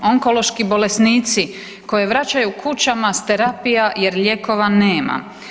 Onkološki bolesnici koje vraćaju kućama s terapija jer lijekova nema.